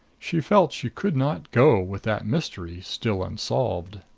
she felt she could not go, with that mystery still unsolved.